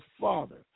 Father